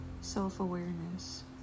self-awareness